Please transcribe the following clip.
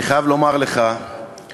אני חייב לומר לך שההצגה,